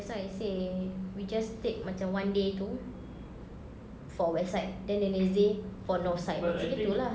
that's why I say we just take macam one day itu for west side then the next day for north side macam gitu lah